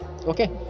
Okay